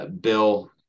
Bill